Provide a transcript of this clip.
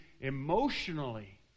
emotionally